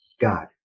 God